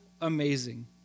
amazing